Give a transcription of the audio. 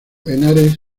henares